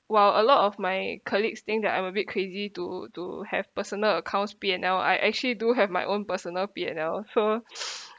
while a lot of my colleagues think that I'm a bit crazy to to have personal accounts P and L I actually do have my own personal P and L so